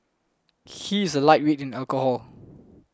he is a lightweight in alcohol